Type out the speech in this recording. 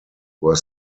were